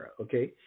okay